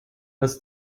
als